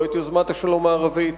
לא את יוזמת השלום הערבית.